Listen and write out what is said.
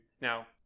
Now